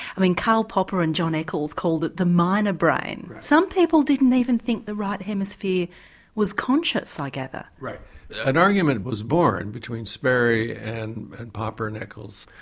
i mean karl popper and john eccles called it the minor brain, some people didn't even think the right hemisphere was conscious, i gather. an argument was born between sperry and and popper and eccles,